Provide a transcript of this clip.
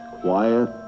quiet